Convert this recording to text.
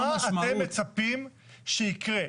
מה אתם מצפים שיקרה?